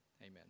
amen